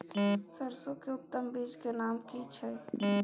सरसो के उत्तम बीज के नाम की छै?